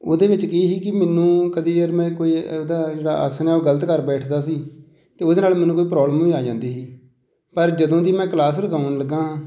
ਉਹਦੇ ਵਿੱਚ ਕੀ ਸੀ ਕਿ ਮੈਨੂੰ ਕਦੀ ਯਾਰ ਮੈਂ ਕੋਈ ਉਹਦਾ ਜਿਹੜਾ ਆਸਣ ਹੈ ਉਹ ਗਲਤ ਕਰ ਬੈਠਦਾ ਸੀ ਅਤੇ ਉਹਦੇ ਨਾਲ ਮੈਨੂੰ ਕੋਈ ਪ੍ਰੋਬਲਮ ਵੀ ਆ ਜਾਂਦੀ ਸੀ ਪਰ ਜਦੋਂ ਦੀ ਮੈਂ ਕਲਾਸ ਲਗਾਉਣ ਲੱਗਾ ਹਾਂ